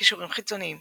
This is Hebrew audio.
קישורים חיצוניים